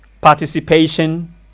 participation